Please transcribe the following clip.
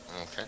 Okay